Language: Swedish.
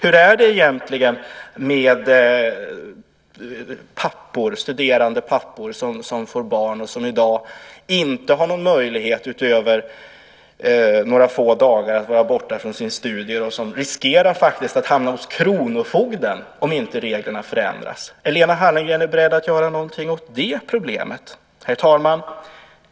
Hur är det egentligen med studerande pappor som i dag inte har någon möjlighet att, utöver några få dagar, vara borta från sina studier och som faktiskt riskerar att hamna hos kronofogden om inte reglerna förändras? Är Lena Hallengren beredd att göra någonting åt det problemet? Herr talman!